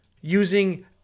using